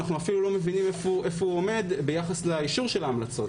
אנחנו אפילו לא מבינים איפה הוא עומד ביחס לאישור של ההמלצות.